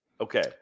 Okay